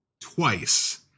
twice